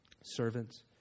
Servants